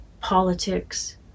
politics